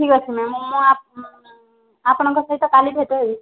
ଠିକ୍ ଅଛି ମ୍ୟମ୍ ମୁଁ ଆପଣଙ୍କ ସହିତ କାଲି ଭେଟ ହେବି